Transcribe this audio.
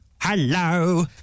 Hello